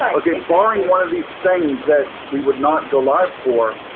ah okay, barring one of these things that we would not go live for,